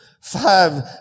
five